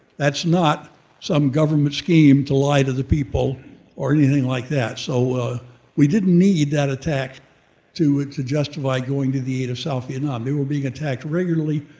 that's not some government scheme to lie to the people or anything like that. so we didn't need that attack to to justify going to the aid of south vietnam. they were being attacked regularly.